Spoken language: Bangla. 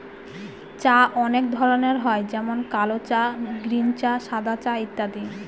চা অনেক ধরনের হয় যেমন কাল চা, গ্রীন চা, সাদা চা ইত্যাদি